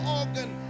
organ